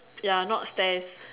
ya not stairs